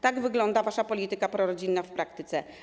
Tak wygląda wasza polityka prorodzinna w praktyce.